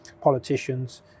politicians